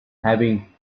having